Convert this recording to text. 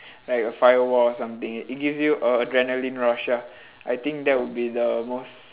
like a firewall or something it gives you a adrenaline rush ya I think that will be the most